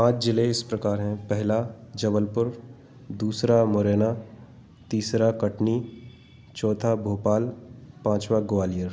पाँच जिले इस प्रकार हैं पहला जबलपुर दूसरा मुरैना तीसरा कटनी चौथा भोपाल पाँचवाँ ग्वालियर